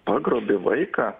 pagrobei vaiką